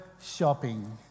shopping